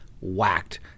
whacked